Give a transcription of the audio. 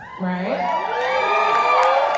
right